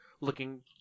looking